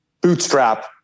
bootstrap